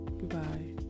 goodbye